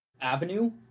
avenue